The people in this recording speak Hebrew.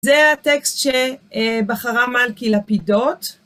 זה הטקסט שבחרה מלכי לפידות.